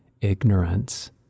ignorance